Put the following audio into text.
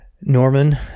Norman